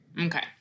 Okay